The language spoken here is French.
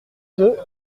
deux